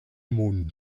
mund